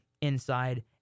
inside